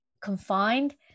confined